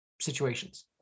situations